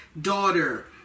daughter